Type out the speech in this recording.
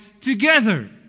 together